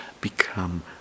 become